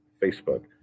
Facebook